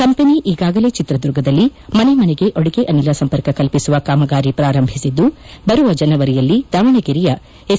company ಈಗಾಗಲೇ ಚಿತ್ರದುರ್ಗದಲ್ಲಿ ಮನೆ ಮನೆಗೆ ಅದುಗೆ ಅನಿಲ ಸಂಪರ್ಕ ಕಲ್ವಿಸುವ ಕಾಮಗಾರಿ ಪ್ರಾರಂಭಿಸಿದ್ದು ಬರುವ ಜನವರಿಯಲ್ಲಿ ದಾವಣಗೆರೆಯ ಎಸ್